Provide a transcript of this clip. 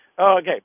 Okay